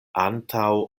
antaŭ